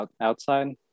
outside